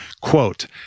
Quote